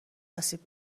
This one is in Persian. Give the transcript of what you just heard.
آسیب